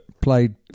played